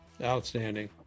outstanding